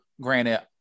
granted